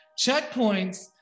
Checkpoints